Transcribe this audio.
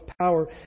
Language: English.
power